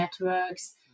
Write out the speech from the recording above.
networks